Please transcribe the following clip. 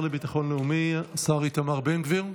השר לביטחון לאומי השר איתמר בן גביר,